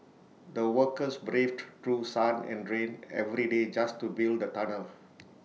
the workers braved through sun and rain every day just to build the tunnel